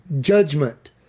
judgment